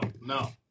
no